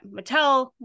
Mattel